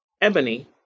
Ebony